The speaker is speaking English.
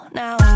now